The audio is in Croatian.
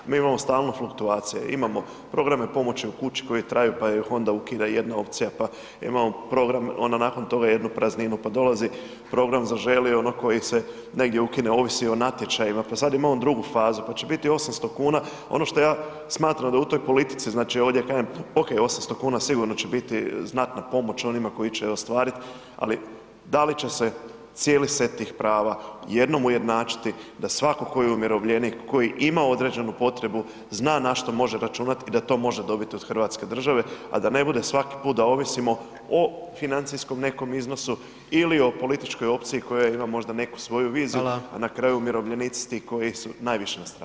Mi imamo stalno fluktuacija, imamo programe pomoći u kući koji traju pa ih onda ukida jedna opcija, pa imamo program, onda nakon toga jednu prazninu, pa dolazi program Zaželi ono koji se negdje ukine ovisi o natječajima, pa sad imamo drugu fazu, pa će biti 800 kuna, ono što ja smatram da u toj politici, znači ovdje kažem ok 800 kuna sigurno će biti znatna pomoć onima koji će je ostvariti, ali da li će se cijeli set tih prava jednom ujednačiti da svako ko je umirovljenik koji ima određenu potrebu zna na što može računati i da to može dobiti od Hrvatske države, a da ne bude svaki put da ovisimo o financijskom nekom iznosu ili o političkoj opciji koja ima možda neku svoju viziju, a na kraju su [[Upadica: Hvala.]] umirovljenici ti koji su najviše nastradali.